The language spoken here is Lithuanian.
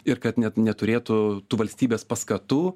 ir kad net neturėtų tų valstybės paskatų